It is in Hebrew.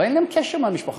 אבל אין להם קשר עם המשפחה.